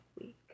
week